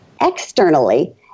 Externally